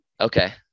Okay